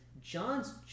john's